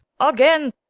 again!